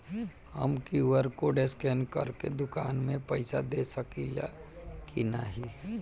हम QR code scan करके दुकान में पईसा दे सकेला की नाहीं?